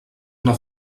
una